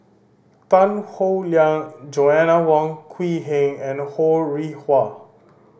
Tan Howe Liang Joanna Wong Quee Heng and Ho Rih Hwa